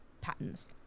patterns